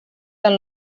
del